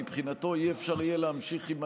אני דווקא אומר,